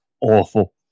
awful